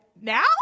now